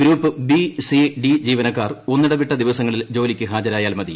group B C D ജീവനക്കാർ ഒന്നിടവിട്ട ദിവസങ്ങളിൽ ജോലിക്ക് ഹാജരായാൽ മതി